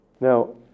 Now